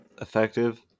effective